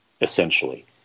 essentially